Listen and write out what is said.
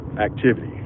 activity